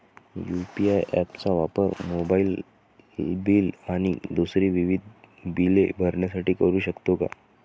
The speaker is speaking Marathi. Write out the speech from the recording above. यू.पी.आय ॲप चा वापर मोबाईलबिल आणि दुसरी विविध बिले भरण्यासाठी करू शकतो का?